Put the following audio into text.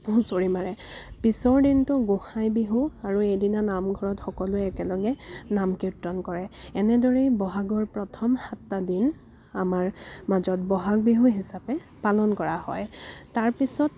হুঁচৰি মাৰে পিছৰ দিনটো গোঁসাই বিহু আৰু এইদিনা নামঘৰত সকলোৱে একেলগে নাম কীৰ্তন কৰে এনেদৰেই বহাগৰ প্ৰথম সাতটা দিন আমাৰ মাজত বহাগ বিহু হিচাপে পালন কৰা হয় তাৰ পিছত